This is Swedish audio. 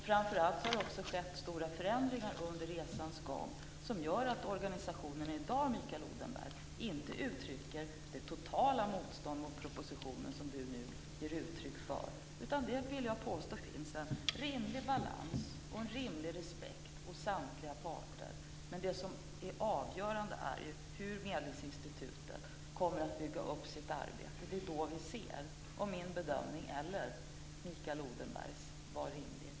Framför allt har det skett stora förändringar under resans gång som gör att organisationen i dag, Mikael Odenberg, inte uttrycker det totala motstånd mot propositionen som Mikael Odenberg nu ger uttryck för. Jag vill påstå att det finns en rimlig balans och en rimlig respekt hos samtliga parter. Men det som är avgörande är hur medlingsinstitutet kommer att bygga upp sitt arbete. Det är då vi ser hur det blir och om min bedömning eller Mikael Odenbergs var rimlig.